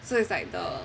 so it's like the